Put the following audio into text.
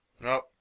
Nope